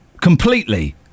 Completely